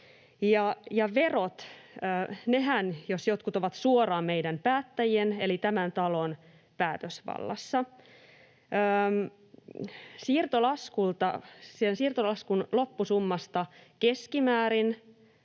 Verothan jos jotkut ovat suoraan meidän päättäjien eli tämän talon päätösvallassa. Siirtolaskun loppusummasta keskimäärin